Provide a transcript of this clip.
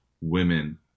women